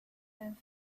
lived